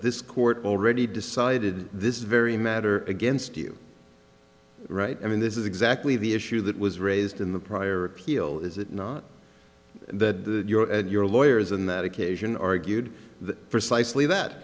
this court already decided this very matter against you right i mean this is exactly the issue that was raised in the prior appeal is it not that your and your lawyers in that occasion argued that precisely that